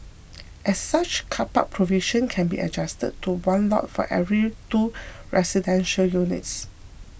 as such car park provision can be adjusted to one lot for every two residential units